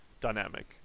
dynamic